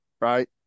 right